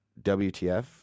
WTF